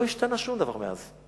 לא השתנה שום דבר מאז.